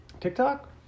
TikTok